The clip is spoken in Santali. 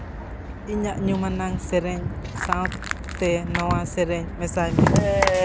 ᱤᱧᱟᱹᱜ ᱧᱩᱢ ᱟᱱᱟᱝ ᱥᱮᱨᱮᱧ ᱥᱟᱶᱛᱮ ᱱᱚᱣᱟ ᱥᱮᱨᱮᱧ ᱢᱮᱥᱟᱭ ᱢᱮ